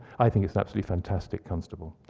i think it's an absolutely fantastic constable.